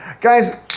Guys